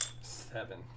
seven